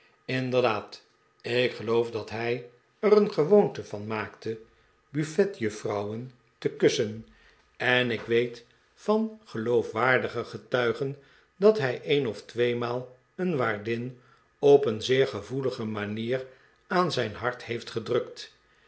inderdaad ik geloof dat hij er een gewoonte van maakte buffetjuffrouwen te kussen en ik weet van geloofwaardige getuigen dat hij een of tweemaal een waardin op een zeer gevoelige manier aan zijn hart heeft gedrukt